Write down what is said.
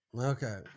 Okay